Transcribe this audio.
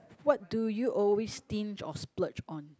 what do you always stinge or splurge on